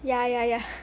ya ya ya